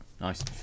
Nice